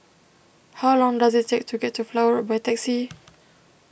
how long does it take to get to Flower Road by taxi